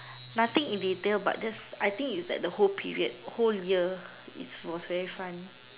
nothing in detail but just I think is that period whole year it was very fun